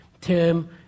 term